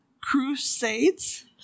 Crusades